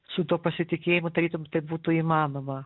su tuo pasitikėjimu tarytum tai būtų įmanoma